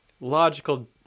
logical